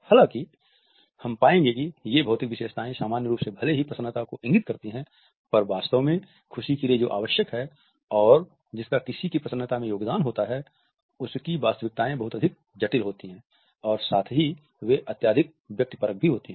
हालाँकि हम पाएंगे कि ये भौतिक विशेषताएं सामान्य रूप से भले ही प्रशन्नता को इंगित करती है पर वास्तव में खुशी के लिए जो आवश्यक है और जिसका किसी की प्रशन्नता में योगदान होता है उसकी वास्तविकताएं बहुत अधिक जटिल होती हैं और साथ ही वे अत्यधिक व्यक्तिपरक भी होती हैं